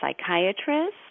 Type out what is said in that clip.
psychiatrist